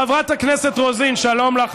חברת הכנסת רוזין, שלום לך.